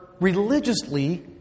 religiously